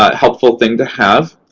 ah helpful thing to have.